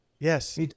Yes